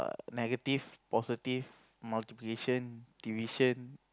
negative positive multiplication division